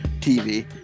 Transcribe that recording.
TV